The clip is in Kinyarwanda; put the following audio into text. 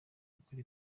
gukora